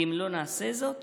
כי אם לא נעשה זאת,